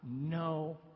no